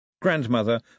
Grandmother